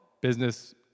business